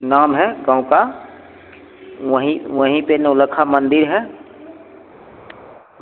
नाम है गाँव का वहीं वहीं पर नवलखा मंदिर है